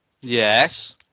Yes